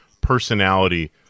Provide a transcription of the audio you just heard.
personality